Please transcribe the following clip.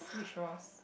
which Rozz